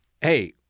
hey